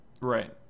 Right